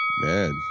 Man